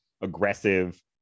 aggressive